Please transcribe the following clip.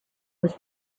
was